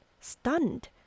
stunned